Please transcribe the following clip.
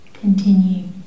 continue